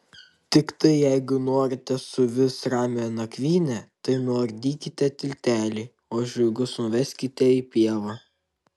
tiktai jeigu norite suvis ramią nakvynę tai nuardykite tiltelį o žirgus nuveskite į pievą